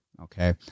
okay